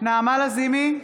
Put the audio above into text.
נעמה לזימי,